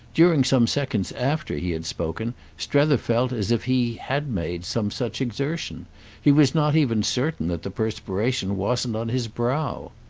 during some seconds after he had spoken strether felt as if he had made some such exertion he was not even certain that the perspiration wasn't on his brow.